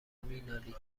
مینالید